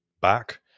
back